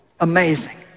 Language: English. Amazing